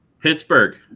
Pittsburgh